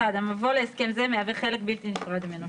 מבוא המבוא להסכם זה מהווה חלק בלתי נפרד ממנו.